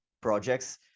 projects